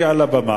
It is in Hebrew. היא על הבמה,